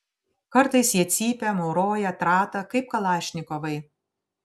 kartais jie cypia mauroja trata kaip kalašnikovai